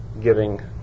giving